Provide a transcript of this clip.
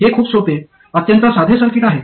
हे खूप सोपे अत्यंत साधे सर्किट आहे